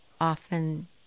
often